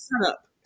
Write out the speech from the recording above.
setup